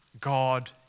God